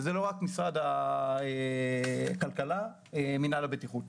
זה לא רק משרד הכלכלה ומינהל הבטיחות,